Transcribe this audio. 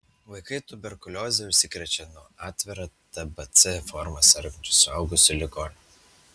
vaikai tuberkulioze užsikrečia nuo atvira tbc forma sergančių suaugusių ligonių